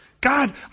God